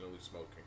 smoking